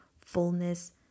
fullness